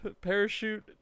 parachute